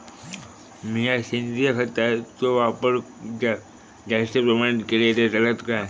मीया सेंद्रिय खताचो वापर जास्त प्रमाणात केलय तर चलात काय?